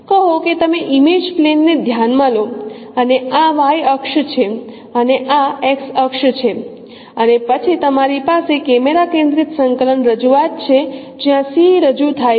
કહો કે તમે ઇમેજ પ્લેન ને ધ્યાન માં લો અને આ Y અક્ષ છે અને આ X અક્ષ છે અને પછી તમારી પાસે કેમેરા કેન્દ્રિત સંકલન રજૂઆત છે જ્યાં C રજૂ થાય છે